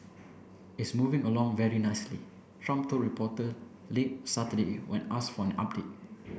it's moving along very nicely Trump told reporter late Saturday when asked for an update